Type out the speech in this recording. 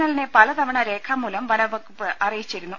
എല്ലിനെ പലതവണ രേഖാമൂലം വനംവകുപ്പ് അറിയി ച്ചിരുന്നു